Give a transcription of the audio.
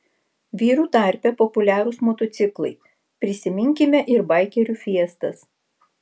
vyrų tarpe populiarūs motociklai prisiminkime ir baikerių fiestas